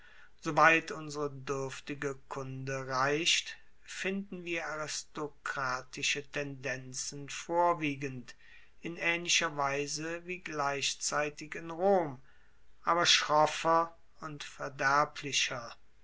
weit unsere duerftige kunde reicht finden wir aristokratische tendenzen vorwiegend in aehnlicher weise wie gleichzeitig in rom aber schroffer und verderblicher